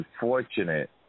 unfortunate